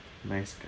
nice